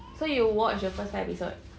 so you watched the first episode